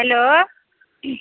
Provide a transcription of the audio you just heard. hello